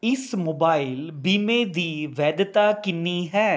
ਇਸ ਮੋਬਾਈਲ ਬੀਮੇ ਦੀ ਵੈਧਤਾ ਕਿੰਨੀ ਹੈ